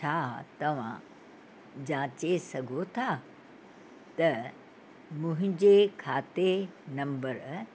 छा तव्हां जांचे सघो था त मुंहिंजे खाते नम्बर